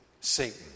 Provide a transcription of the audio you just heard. Satan